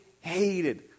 hated